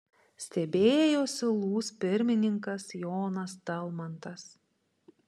stebėjosi lūs pirmininkas jonas talmantas